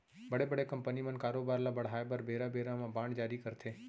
बड़े बड़े कंपनी मन कारोबार ल बढ़ाय बर बेरा बेरा म बांड जारी करथे